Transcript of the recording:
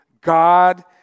God